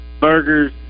burgers